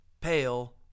pale